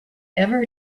ever